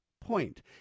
point